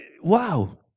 Wow